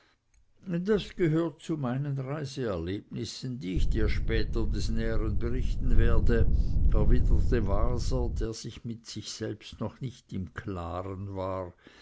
das gehört zu meinen reiseerlebnissen die ich dir später des nähern berichten werde erwiderte waser der mit sich selbst noch nicht im klaren war